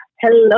hello